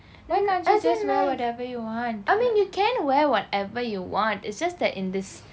as in like I mean you can wear whatever you want it's just that in this